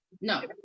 No